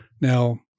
Now